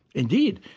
indeed,